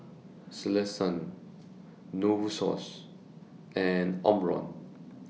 Selsun Novosource and Omron